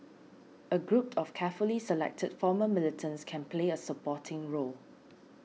a group of carefully selected former militants can play a supporting role